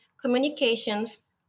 communications